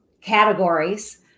categories